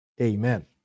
Amen